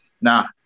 Nah